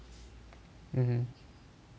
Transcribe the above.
mm